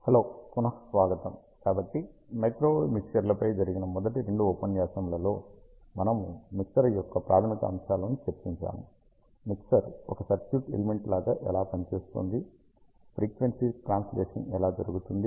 hello పునఃస్వాగతం కాబట్టి microwave mixer లపై జరిగిన మొదటి రెండు ఉపన్యాసములలో మనము మిక్సర్ యొక్క ప్రాధమిక అంశాలను చర్చించాము మిక్సర్ ఒక సర్క్యూట్ ఎలిమెంట్ లాగా ఎలా పనిచేస్తుంది ఫ్రీక్వెన్సీ ట్రాన్స్ లేషన్ ఎలా జరుగుతుంది